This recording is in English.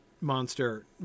monster